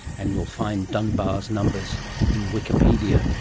and you'll find dunbar's numbers in wikipedia